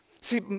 See